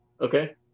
Okay